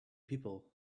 people